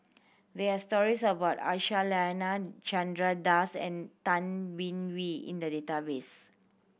there are stories about Aisyah Lyana Chandra Das and Tay Bin Wee in the database